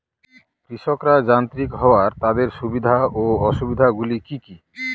কৃষকরা যান্ত্রিক হওয়ার তাদের সুবিধা ও অসুবিধা গুলি কি কি?